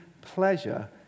pleasure